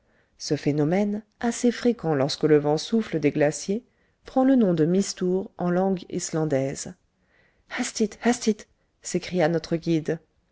ce phénomène assez fréquent lorsque le vent souffle des glaciers prend le nom de mistour en langue islandaise hastigt hastigt s'écria notre guide